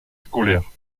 scolaire